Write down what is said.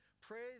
Praise